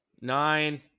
Nine